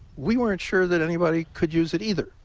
we weren't sure that anybody could use it either.